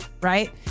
right